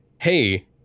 hey